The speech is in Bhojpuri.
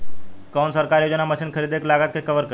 कौन सरकारी योजना मशीन खरीदले के लागत के कवर करीं?